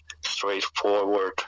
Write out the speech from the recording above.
straightforward